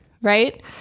Right